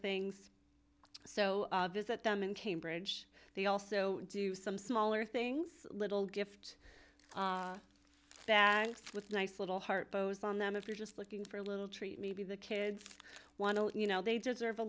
things so visit them in cambridge they also do some smaller things little gift that with nice little heart bows on them if you're just looking for a little treat maybe the kids want to let you know they deserve a